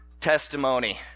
testimony